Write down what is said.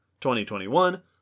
2021